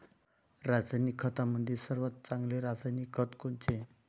रासायनिक खतामंदी सर्वात चांगले रासायनिक खत कोनचे?